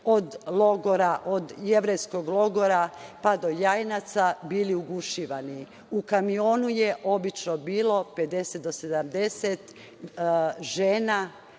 od jevrejskog logora, pa do Jajinaca bili ugušivani. U kamionu je obično bilo 50-70 žena,